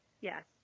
Yes